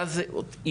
מה זה אישה,